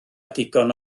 digon